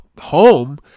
home